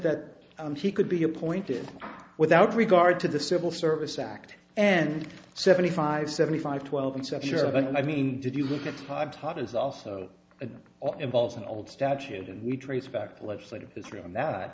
that he could be appointed without regard to the civil service act and seventy five seventy five twelve and so sure but i mean did you look at time taught is also a involves an old statute and we trace back to legislative history on that